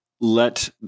let